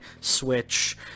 Switch